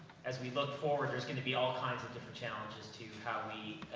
as we look forward, there's going to be all kinds of different challenges to how we,